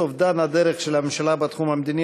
אובדן הדרך של הממשלה בתחום המדיני,